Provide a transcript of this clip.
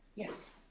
yes.